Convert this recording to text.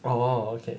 !wow! okay